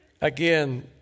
Again